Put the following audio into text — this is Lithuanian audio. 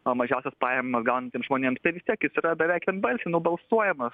na mažiausias pajams gaunantiems žmonėms tai vis tiek jis yra beveik vienbalsiai nubalsuojamas